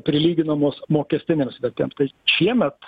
prilyginamos mokestinėms vertėms tai šiemet